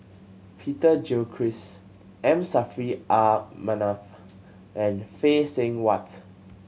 Peter Gilchrist M Saffri R Manaf and Phay Seng Whatt